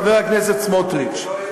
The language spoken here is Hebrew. חבר הכנסת סמוטריץ,